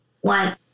One